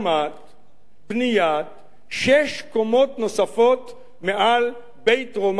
בניית שש קומות נוספות מעל בית-רומנו בחברון.